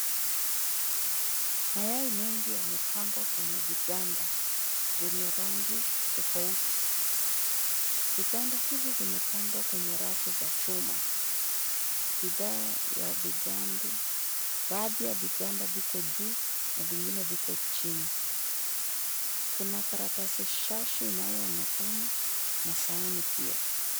Mayai mengi yamepangwa kwenye viganda vyenye rangi tofauti, viganda hivi vimepangwa kwenye rafu ya chuma, baadhi ya viganda viko juu na vingine viko chini. Kuna karatasi shashi inayoonekana na sahani pia.